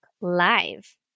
live